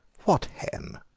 what hen?